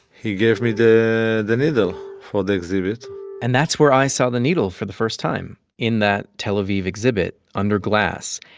he gave me the the needle for the exhibit and that's where i saw the needle for the first time in that tel aviv exhibit, under glass.